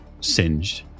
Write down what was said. singed